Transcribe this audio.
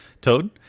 Toad